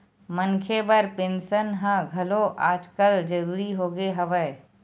मनखे बर पेंसन ह घलो आजकल जरुरी होगे हवय